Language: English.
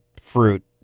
fruit